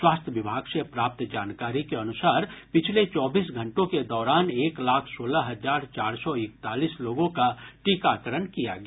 स्वास्थ्य विभाग से प्राप्त जानकारी के अनुसार पिछले चौबीस घंटों के दौरान एक लाख सोलह हजार चार सौ इकतालीस लोगों का टीकाकरण किया गया